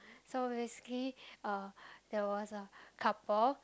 so basically uh there was a couple